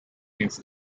its